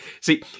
see